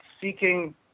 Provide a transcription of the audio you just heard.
seeking